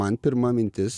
man pirma mintis